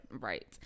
right